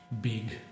big